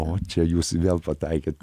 o čia jūs vėl pataikėt